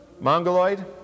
mongoloid